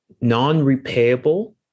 non-repayable